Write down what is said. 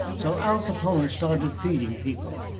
so al capone started feeding people.